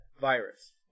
virus